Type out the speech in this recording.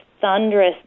thunderous